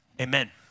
Amen